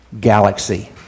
galaxy